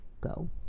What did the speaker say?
go